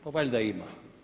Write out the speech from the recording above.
Pa valjda ima.